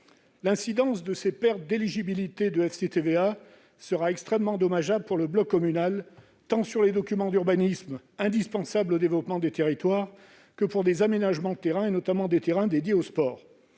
L'incidence de ces pertes d'éligibilité du FCTVA sera extrêmement dommageable pour le bloc communal, qu'elles concernent les documents d'urbanisme indispensables au développement des territoires ou les aménagements de terrains, notamment dédiés au sport.